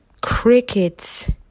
crickets